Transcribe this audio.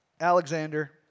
Alexander